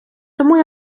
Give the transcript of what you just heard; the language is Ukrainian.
тому